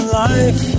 life